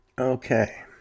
Okay